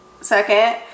second